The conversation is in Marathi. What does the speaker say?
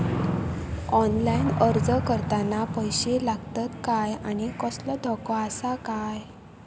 ऑनलाइन अर्ज करताना पैशे लागतत काय आनी कसलो धोको आसा काय?